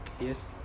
Yes